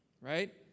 Right